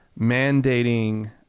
mandating